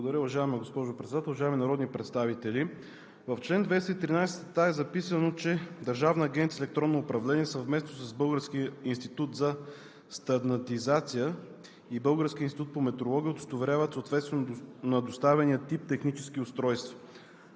Благодаря, уважаема госпожо Председател. Уважаеми народни представители! В чл. 213а е записано, че: „Държавна агенция „Електронно управление“ съвместно с Българския институт за стандартизация и Българския институт по метеорология удостоверяват съответствието на доставения тип технически устройства.“